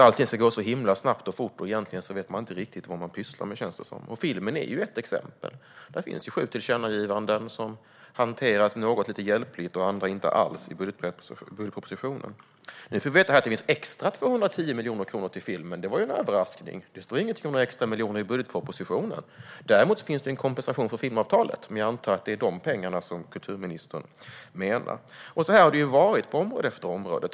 Allting ska gå så himla fort, men egentligen vet man inte riktigt vad man pysslar med, känns det som. Filmen är ett exempel. Det finns sju tillkännagivanden, varav något hanteras lite hjälpligt och andra inte alls i budgetpropositionen. Nu får vi veta att det finns 210 extra miljoner kronor till filmen. Det var ju en överraskning! Det står inget om några extra miljoner i budgetpropositionen. Däremot finns det en kompensation för filmavtalet, och jag antar att det är de pengarna som kulturministern menar. Så här har det varit på område efter område.